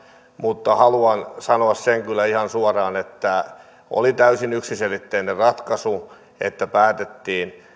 mutta haluan sanoa sen kyllä ihan suoraan että oli täysin yksiselitteinen ratkaisu että päätettiin